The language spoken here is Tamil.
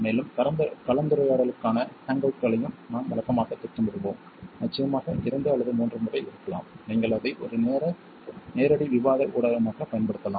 மேலும் கலந்துரையாடலுக்கான ஹேங்கவுட்களை நாம் வழக்கமாக திட்டமிடுவோம் நிச்சயமாக இரண்டு அல்லது மூன்று முறை இருக்கலாம் நீங்கள் அதை ஒரு நேரடி விவாத ஊடகமாக பயன்படுத்தலாம்